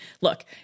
look